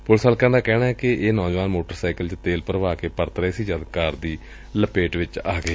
police ਹਲਕਿਆਂ ਦਾ ਕਹਿਣੈ ਕਿ ਇਹ ਨੌਜਵਾਨ ਮੋਟਰ ਸਾਈਕਲ ਚ ਤੇਲ ਭਰਵਾ ਕੇ ਪਰਤ ਰਹੇ ਸਨ ਜਦ ਕਾਰ ਦੀ ਲਪੇਟ ਵਿਚ ਆ ਗਏ